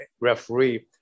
referee